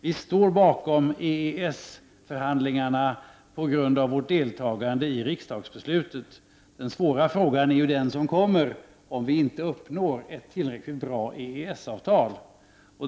Vi står bakom EES förhandlingarna på grund av vårt deltagande i riksdagsbeslutet. Den svåra frågan är ju vad som kommer om vi inte uppnår ett tillräckligt bra EES-avtal.